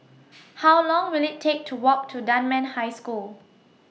How Long Will IT Take to Walk to Dunman High School